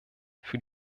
für